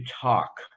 talk